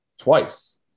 Twice